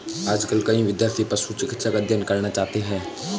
आजकल कई विद्यार्थी पशु चिकित्सा का अध्ययन करना चाहते हैं